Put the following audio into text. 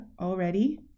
already